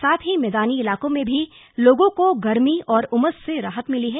साथ ही मैदानी इलाकों में भी लोगों को गर्मी और उमस से राहत मिली है